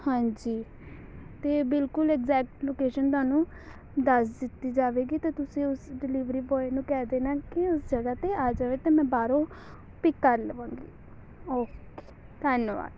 ਹਾਂਜੀ ਅਤੇ ਬਿਲਕੁਲ ਐਗਜੈਕਟ ਲੋਕੇਸ਼ਨ ਤੁਹਾਨੂੰ ਦੱਸ ਦਿੱਤੀ ਜਾਵੇਗੀ ਤਾਂ ਤੁਸੀਂ ਉਸ ਡਿਲੀਵਰੀ ਬੋਆਏ ਨੂੰ ਕਹਿ ਦੇਣਾ ਕਿ ਉਸ ਜਗ੍ਹਾ 'ਤੇ ਆ ਜਾਵੇ ਤਾਂ ਮੈਂ ਬਾਹਰੋਂ ਪਿਕ ਕਰਲਵਾਂਗੀ ਓਕੇ ਧੰਨਵਾਦ